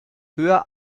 höher